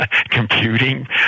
computing